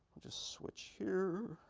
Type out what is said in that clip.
just switch here.